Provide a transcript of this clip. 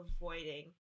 avoiding